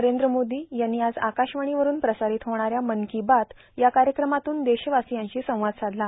नरेंद्र मोदी यांनी आज आकाशवाणीवरून प्रसारित होणाऱ्या मन की बात या कार्यक्रमातून देशवासियांशी संवाद साधला